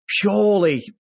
purely